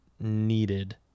needed